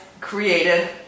created